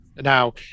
Now